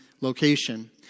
location